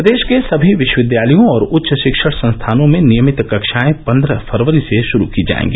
प्रदेश के सभी विश्वविद्यालयों और उच्च शिक्षण संस्थानों में नियमित कक्षाएं पन्द्रह फरवरी से शुरू की जायेंगी